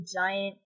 giant